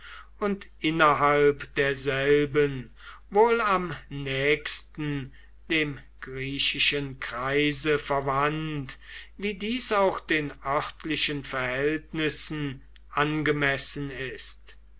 und innerhalb derselben wohl am nächsten dem griechischen kreise verwandt wie dies auch den örtlichen verhältnissen angemessen ist